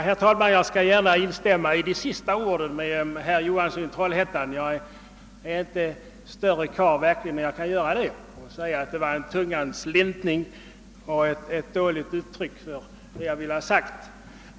Herr talman! Jag skall gärna instämna med herr Johansson i Trollhättan i hans sista ord. Jag är inte märkligare karl än att jag kan göra det och säga att det var en »tungans slintning» och ett dåligt uttryck för det jag ville ha sagt.